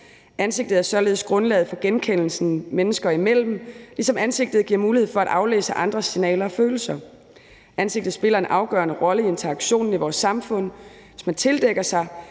Ansigtet er således grundlaget for genkendelsen mennesker imellem, ligesom ansigtet giver mulighed for at aflæse andres signaler og følelser. Ansigtet spiller en afgørende rolle i interaktionen i vores samfund. Hvis man tildækker sig,